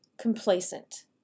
complacent